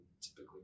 typically